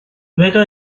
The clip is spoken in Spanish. vengan